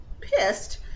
pissed